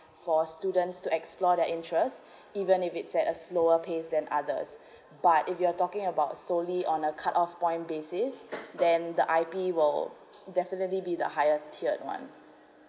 for students to explore that interest even if he's at a slower pace than others but if you're talking about solely on the cut off point basis then the I_P will definitely be the higher tier one